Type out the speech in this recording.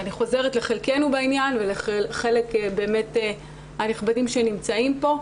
ואני חוזרת לחלקנו בעניין ולחלקם של הנכבדים שנמצאים פה,